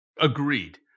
Agreed